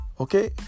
Okay